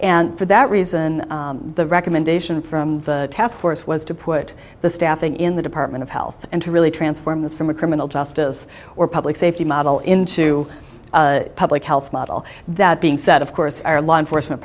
and for that reason the recommendation from the taskforce was to put the staffing in the department of health and to really transform this from a criminal justice or public safety model into a public health model that being said of course our